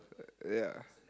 yeah